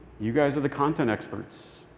you guys are the content experts,